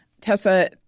Tessa